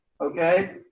Okay